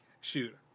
Shoot